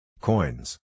Coins